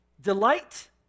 Delight